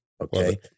Okay